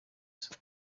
isuku